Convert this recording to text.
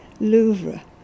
Louvre